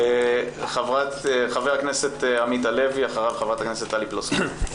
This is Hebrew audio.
חבר הכנסת עמית הלוי ואחריו חברת הכנסת טלי פלוסקוב.